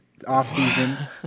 offseason